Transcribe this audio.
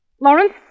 Lawrence